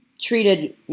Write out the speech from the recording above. treated